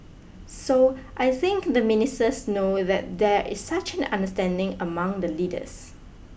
so I think the ministers know that there is such an understanding among the leaders